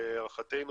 להערכתנו,